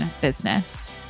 business